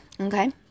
Okay